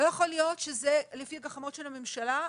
לא יכול להיות שזה לפי גחמות הממשלה.